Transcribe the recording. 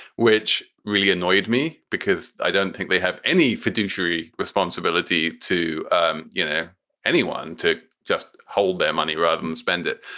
which really annoyed me because i don't think they have any fiduciary responsibility to and you know anyone to just hold their money rather than spend it.